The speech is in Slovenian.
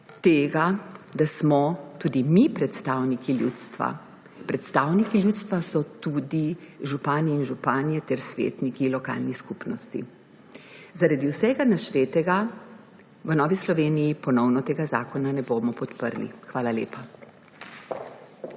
tega, da smo tudi mi predstavniki ljudstva. Predstavniki ljudstva so tudi županje in župani ter svetniki lokalnih skupnosti. Zaradi vsega naštetega v Novi Sloveniji ponovno tega zakona ne bomo podprli. Hvala lepa.